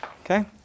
Okay